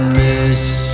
miss